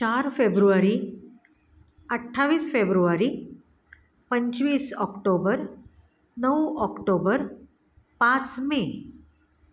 चार फेब्रुवारी अठ्ठावीस फेब्रुवारी पंचवीस ऑक्टोबर नऊ ऑक्टोबर पाच मे